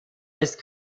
ist